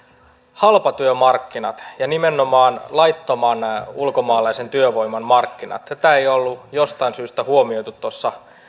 halpatyömarkkinat ja nimenomaan laittoman ulkomaalaisen työvoiman markkinat tätä ei ollut jostain syystä huomioitu tuossa